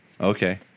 Okay